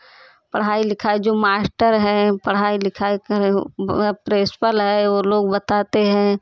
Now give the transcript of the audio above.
पढ़ाई लिखाई जो मास्टर है पढ़ाई लिखाई करें प्रिंसिपल है वे लोग बताते हैं